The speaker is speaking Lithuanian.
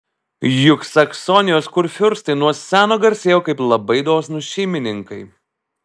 juk saksonijos kurfiurstai nuo seno garsėjo kaip labai dosnūs šeimininkai